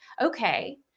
okay